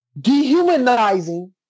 dehumanizing